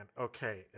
okay